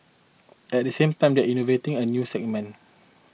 at the same time they are innovating in new segments